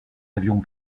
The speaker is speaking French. avions